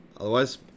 Otherwise